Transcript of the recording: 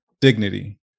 dignity